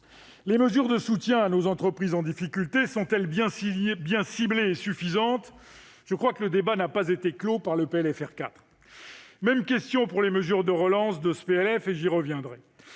Les mesures de soutien à nos entreprises en difficulté sont-elles bien ciblées et suffisantes ? Je crois que le débat n'a pas été clos par le PLFR 4. Même question pour les mesures de relance de ce PLF- j'y reviendrai.